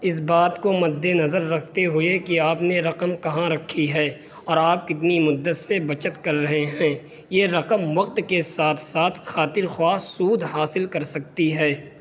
اس بات کو مد نظر رکھتے ہوئے کہ آپ نے رقم کہاں رکھی ہے اور آپ کتنی مدت سے بچت کر رہے ہیں یہ رقم وقت کے ساتھ ساتھ خاطر خواہ سود حاصل کر سکتی ہے